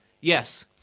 Yes